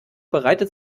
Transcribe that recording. bereitet